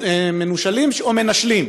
מנשלים?"